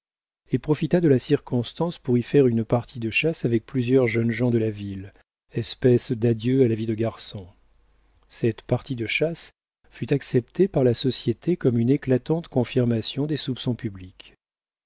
et profita de la circonstance pour y faire une partie de chasse avec plusieurs jeunes gens de la ville espèce d'adieu à la vie de garçon cette partie de chasse fut acceptée par la société comme une éclatante confirmation des soupçons publics